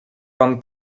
pan